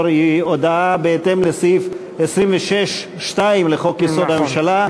היא הודעה בהתאם לסעיף 26(2) לחוק-יסוד: הממשלה,